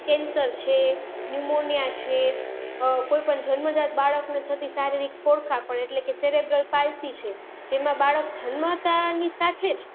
cancer છે pneumonia છે કોઈપણ જન્મ જાત બાળકને થતી શારીરિક ખોળ ખાંપણ એટલે કે સેરેબલ પાઇસી છે જેમાં બાળક જન્મતાની સાથે જ